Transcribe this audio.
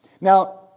Now